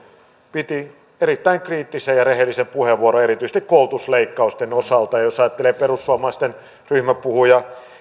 piti erittäin kriittisen ja rehellisen puheenvuoron erityisesti koulutusleikkausten osalta ja jos ajattelee perussuomalaisten ryhmäpuhuja